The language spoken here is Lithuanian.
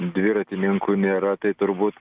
dviratininkų nėra tai turbūt